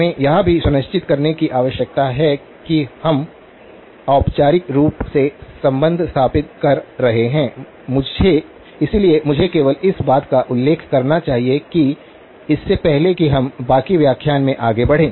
हमें यह भी सुनिश्चित करने की आवश्यकता है कि हम औपचारिक रूप से संबंध स्थापित कर रहे हैं इसलिए मुझे केवल इस बात का उल्लेख करना चाहिए कि इससे पहले कि हम बाकी व्याख्यान में आगे बढ़ें